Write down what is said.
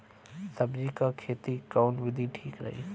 सब्जी क खेती कऊन विधि ठीक रही?